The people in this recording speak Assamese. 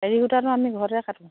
এৰি সূতাটো আমি ঘৰতে কাটো